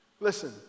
Listen